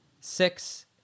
Six